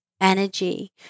energy